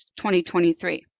2023